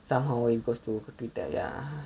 somehow it goes to twitter ya